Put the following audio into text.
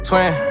Twin